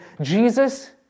Jesus